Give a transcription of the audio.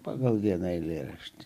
pagal vieną eilėraštį